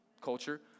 culture